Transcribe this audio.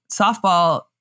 softball